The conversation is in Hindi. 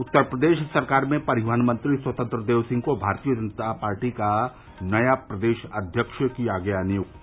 उत्तर प्रदेश सरकार में परिवहन मंत्री स्वतंत्र देव सिंह को भारतीय जनता पार्टी का नया प्रदेश अध्यक्ष किया गया नियुक्त